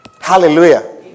Hallelujah